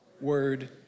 word